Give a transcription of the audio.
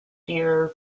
theatre